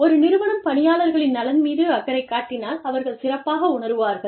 ஒரு நிறுவனம் பணியாளர்களின் நலன் மீது அக்கறை காட்டினால் அவர்கள் சிறப்பாக உணருவார்கள்